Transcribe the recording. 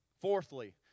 Fourthly